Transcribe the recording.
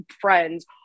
friends